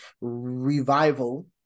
revival